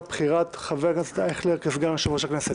לבחירת חבר הכנסת אייכלר כסגן יושב-ראש הכנסת.